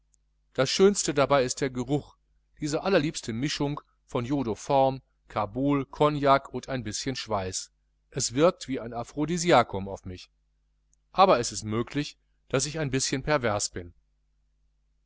das schönste dabei ist der geruch diese allerliebste mischung von jodoform carbol cognac und ein bischen schweiß es wirkt wie ein aphrodisiacum auf mich aber es ist möglich daß ich ein bischen pervers bin